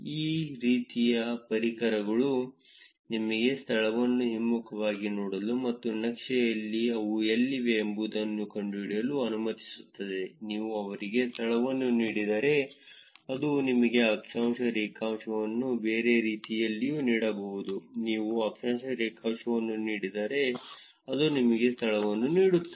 ಈ ರೀತಿಯ ಪರಿಕರಗಳು ನಿಮಗೆ ಸ್ಥಳವನ್ನು ಹಿಮ್ಮುಖವಾಗಿ ನೋಡಲು ಮತ್ತು ನಕ್ಷೆಯಲ್ಲಿ ಅವು ಎಲ್ಲಿವೆ ಎಂಬುದನ್ನು ಕಂಡುಹಿಡಿಯಲು ಅನುಮತಿಸುತ್ತದೆ ನೀವು ಅವರಿಗೆ ಸ್ಥಳವನ್ನು ನೀಡಿದರೆ ಅದು ನಿಮಗೆ ಅಕ್ಷಾಂಶ ರೇಖಾಂಶವನ್ನು ಬೇರೆ ರೀತಿಯಲ್ಲಿಯೂ ನೀಡಬಹುದು ನೀವು ಅಕ್ಷಾಂಶ ರೇಖಾಂಶವನ್ನು ನೀಡಿದರೆ ಅದು ನಿಮಗೆ ಸ್ಥಳವನ್ನು ನೀಡುತ್ತದೆ